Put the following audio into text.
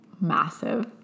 massive